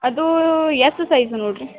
ಅದು S size ನೋಡಿರಿ